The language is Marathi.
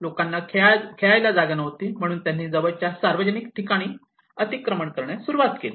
लोकांना खेळायला जागा नव्हती म्हणून त्यांनी जवळच्या सार्वजनिक ठिकाणी अतिक्रमण करण्यास सुरवात केली